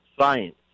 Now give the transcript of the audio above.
science